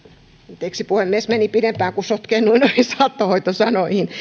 anteeksi puhemies meni pidempään kun sotkeennuin noihin saattohoitosanoihin